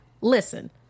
listen